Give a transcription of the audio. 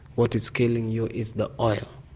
what is killing you is the oil.